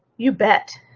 you bet.